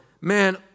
man